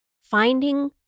finding